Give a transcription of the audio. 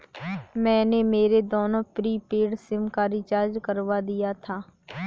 मैंने मेरे दोनों प्रीपेड सिम का रिचार्ज करवा दिया था